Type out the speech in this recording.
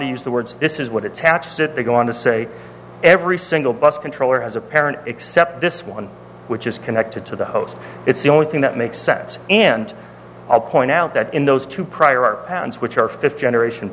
to use the words this is what it taxes it to go on to say every single bus controller has a parent except this one which is connected to the host it's the only thing that makes sense and i'll point out that in those two prior pounds which are fifth generation